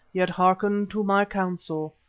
yet hearken to my counsel.